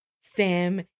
Sam